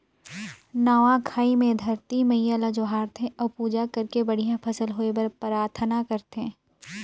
नवा खाई मे धरती मईयां ल जोहार थे अउ पूजा करके बड़िहा फसल होए बर पराथना करथे